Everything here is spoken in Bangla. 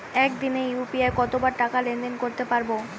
একদিনে ইউ.পি.আই কতবার টাকা লেনদেন করতে পারব?